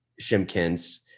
Shimkins